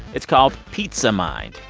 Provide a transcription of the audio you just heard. it's called pizza mind.